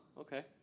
Okay